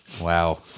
wow